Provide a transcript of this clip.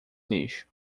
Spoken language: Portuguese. lixo